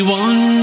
one